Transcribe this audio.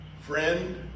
friend